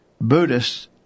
Buddhists